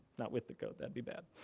not with the code that'd be bad.